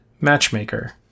matchmaker